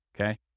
okay